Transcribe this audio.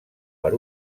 per